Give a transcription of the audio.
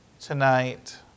Tonight